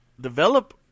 develop